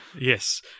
Yes